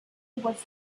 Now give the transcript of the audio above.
was